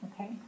Okay